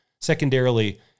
Secondarily